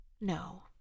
No